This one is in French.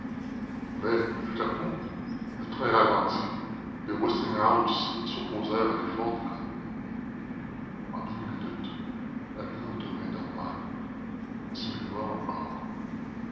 mais tout à coup le train ralentit les westinghouse s'opposèrent à l'effort des roues en une minute l'allure devint normale diminua encore